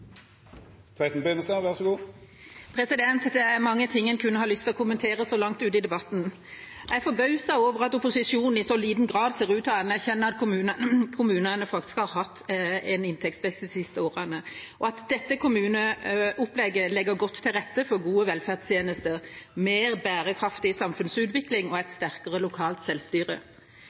over at opposisjonen i så liten grad ser ut til å anerkjenne at kommunene faktisk har hatt en inntektsvekst de siste årene, og at dette kommuneopplegget legger godt til rette for gode velferdstjenester, mer bærekraftig samfunnsutvikling og et sterkere lokalt selvstyre.